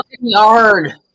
yard